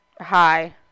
hi